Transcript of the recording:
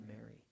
Mary